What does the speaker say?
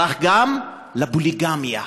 ברח לפוליגמיה.